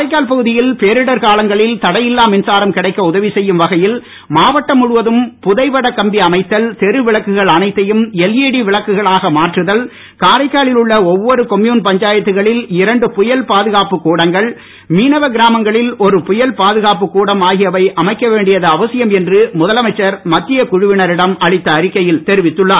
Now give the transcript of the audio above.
காரைக்கால் பகுதியில் பேரிடர் காலங்களில் தடையில்லா மின்சாரம் கிடைக்க உதவி செய்யும் வகையில் மாவட்டம் முழுவதும் புதை வட கம்பி அமைத்தல் தெருவிளக்குகள் அனைத்தையும் எல்ஈடி விளக்குகளாக மாற்றுதல் காரைக்காலில் உள்ள ஒவ்வொரு கொம்யுன் பஞ்சாயத்துகளில் இரண்டு புயல் பாதுகாப்பு கூடங்கள் மீனவ கிராமங்களில் ஒரு புயல் பாதுகாப்பு கூடம் ஆகியவை அமைக்க வேண்டியது அவசியம் என்று முதலமைச்சர் மத்திய குழுவினரிடம் அளித்த அறிக்கையில் தெரிவித்துள்ளார்